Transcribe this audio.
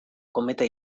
kometa